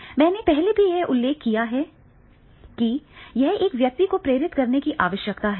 मैंने पहले भी उल्लेख किया है कि यह एक व्यक्ति को प्रेरित करने की आवश्यकता है